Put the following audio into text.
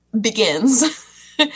begins